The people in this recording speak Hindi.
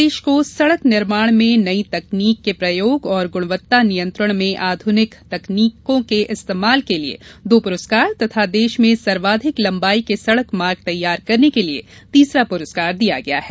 प्रदेश को सड़क निर्माण में नई तकनीकी के प्रयोग और गुणवत्ता नियंत्रण में आध्रनिक तकनीकी के इस्तमाल के लिये दो पुरस्कार तथा देश में सर्वाधिक लम्बाई के सड़क मार्ग तैयार करने के लिये तीसरा पुरस्कार दिया गया है